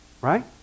right